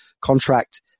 contract